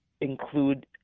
include